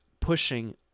pushing